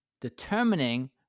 determining